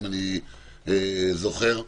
אם אני זוכר נכון.